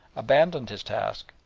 abandoned his task,